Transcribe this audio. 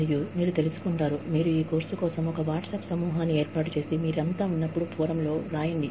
మరియు మీరు తెలుసుకుంటారు మీరు ఈ కోర్సు కోసం ఒక వాట్సాప్ సమూహాన్ని ఏర్పాటు చేసి మీరంతా ఉన్నప్పుడు ఫోరమ్ లో వ్రాయండి